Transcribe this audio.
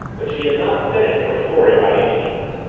but she had not finished her story by any means.